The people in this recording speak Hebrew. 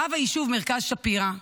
רב היישוב מרכז שפירא,